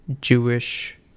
Jewish